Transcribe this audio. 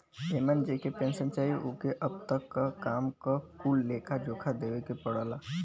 एमन जेके पेन्सन चाही ओके अब तक क काम क कुल लेखा जोखा देवे के पड़ला